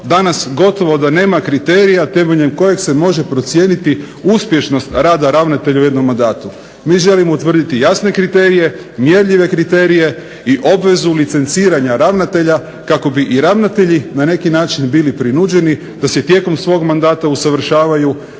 danas gotovo da nema kriterija temeljem kojeg se može procijeniti uspješnost rada ravnatelja u jednom mandatu. Mi želimo utvrditi jasne kriterije, mjerljive kriterije i obvezu licenciranja ravnatelja kako bi i ravnatelji na neki način bili prinuđeni da se tijekom svog mandata usavršavaju